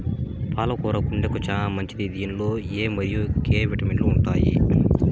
పాల కూర గుండెకు చానా మంచిది దీనిలో ఎ మరియు కే విటమిన్లు ఉంటాయి